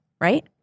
right